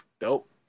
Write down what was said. Dope